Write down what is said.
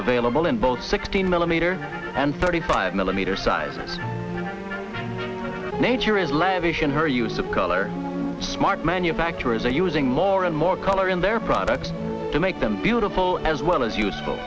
available in both sixteen millimeter and thirty five millimeter size nature is lavish in her use of color smart manufacturers are using more and more color in their products to make them beautiful as well as useful